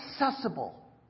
accessible